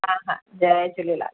हा हा जय झूलेलाल